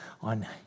on